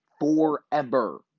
Forever